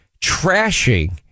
trashing